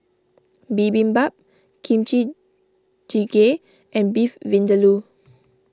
Bibimbap Kimchi Jjigae and Beef Vindaloo